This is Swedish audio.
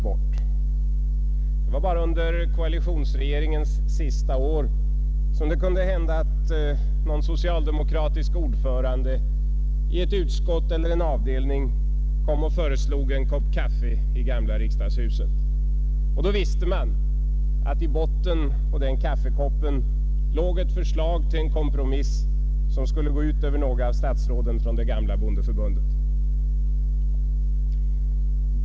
Det var bara under koalitionsregeringens sista år som det kunde hända att någon socialdemokratisk ordförande i ett utskott eller en avdelning kom och föreslog en kopp kaffe i gamla riksdagskaféet. Då visste man att i botten på kaffekoppen låg ett förslag till en kompromiss som skulle gå ut över något av statsråden från det gamla bondeförbundet.